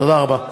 תודה רבה.